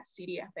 CDFA